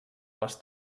les